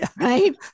right